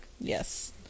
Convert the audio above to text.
Yes